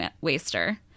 waster